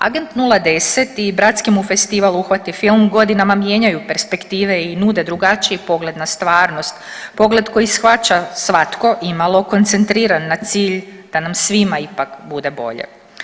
Agent 010 i bratski mu festival Uhvati film godinama mijenjaju perspektive i nude drugačiji pogled na stvarnost, pogled koji shvaća svatko imalo koncentriran na cilj da nam svima ipak bude bolje.